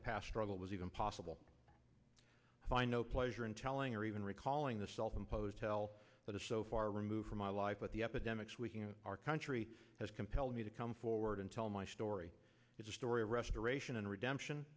that was even possible find no pleasure in telling or even recalling the self imposed tell but it's so far removed from my life but the epidemic squeaking in our country has compelled me to come forward and tell my story is a story of restoration and redemption